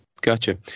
Gotcha